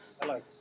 Hello